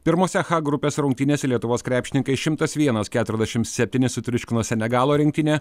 pirmose h grupės rungtynėse lietuvos krepšininkai šimtas vienas keturiasdešimt septyni sutriuškino senegalo rinktinę